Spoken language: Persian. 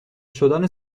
شدن